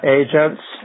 agents